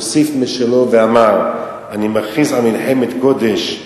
הוסיף משלו ואמר: אני מכריז על מלחמת קודש,